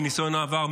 מניסיון העבר,